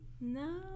No